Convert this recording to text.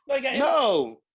No